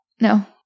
No